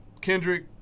Kendrick